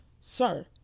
Sir